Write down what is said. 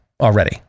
Already